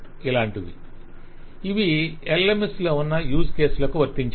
ఇవి LMS లో ఉన్న యూస్ కేసులకు వర్తించేవి